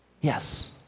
Yes